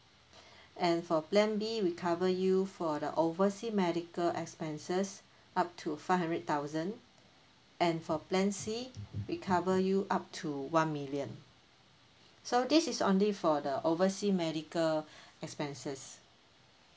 and for plan B we cover you for the oversea medical expenses up to five hundred thousand and for plan C we cover you up to one million so this is only for the oversea medical expenses